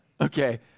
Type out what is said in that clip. okay